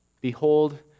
Behold